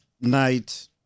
night